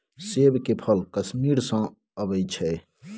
सेब के फल कश्मीर सँ अबई छै